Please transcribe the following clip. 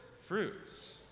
fruits